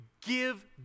give